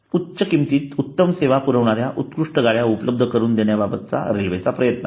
उच्च किमतीत उत्तम सेवा पुरवणाऱ्या उत्कृष्ट गाड्या उपलब्ध करून देण्याचा रेल्वेचा प्रयत्न आहे